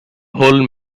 hold